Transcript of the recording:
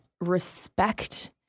respect